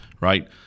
right